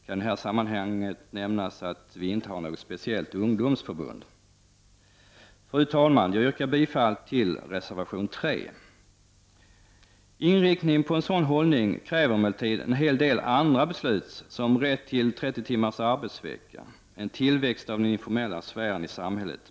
I detta sammanhang kan nämnas att vi inte har något speciellt ungdomsförbund. Fru talman! Jag yrkar bifall till reservation nr 3. Inriktning på en sådan hållning kräver emellertid en hel del andra beslut, såsom rätt till 30 timmars arbetsvecka och en tillväxt av den informella sfären i samhället.